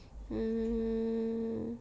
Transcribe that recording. mm